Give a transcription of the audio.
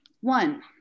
one